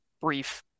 brief